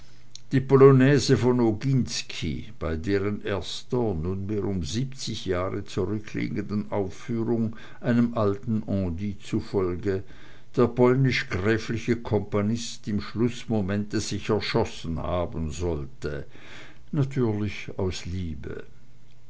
die polonäse von oginski bei deren erster nunmehr um siebzig jahre zurückliegenden aufführung einem alten on dit zufolge der polnisch gräfliche komponist im schlußmomente sich erschossen haben sollte natürlich aus liebe